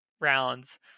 rounds